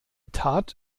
tat